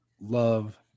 love